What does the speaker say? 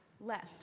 left